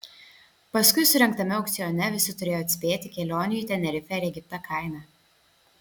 paskui surengtame aukcione visi turėjo atspėti kelionių į tenerifę ir egiptą kainą